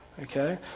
Okay